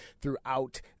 throughout